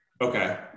Okay